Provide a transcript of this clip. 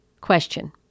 Question